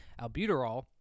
albuterol